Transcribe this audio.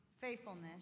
faithfulness